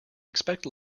expect